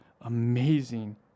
amazing